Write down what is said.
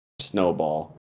Snowball